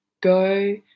go